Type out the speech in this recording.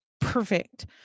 Perfect